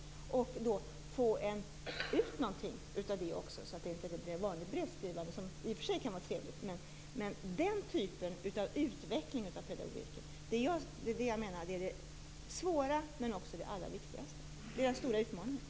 Man skall då få ut någonting av det också så att det inte blir vanligt brevskrivande, även om det kan vara trevligt. Den typen av utveckling av pedagogiken menar jag är det svåra men också det allra viktigaste. Det är den stora utmaningen.